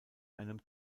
einem